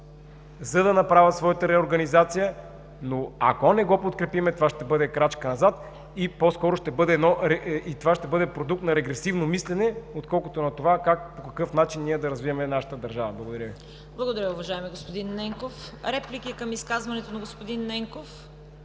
за да направят своята реорганизация, но ако не го подкрепим, това ще бъде крачка назад и по-скоро ще бъде продукт на регресивно мислене, отколкото на това по какъв начин ние да развием нашата държава. Благодаря Ви. ПРЕДСЕДАТЕЛ ЦВЕТА КАРАЯНЧЕВА: Благодаря, Ви уважаеми господин Ненков. Реплики към изказването на господин Ненков?